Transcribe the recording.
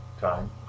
time